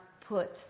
put